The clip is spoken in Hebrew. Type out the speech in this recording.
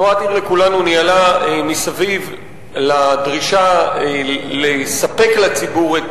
תנועת "עיר לכולנו" ניהלה מסביב לדרישה לספק לציבור את